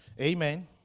Amen